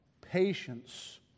patience